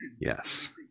Yes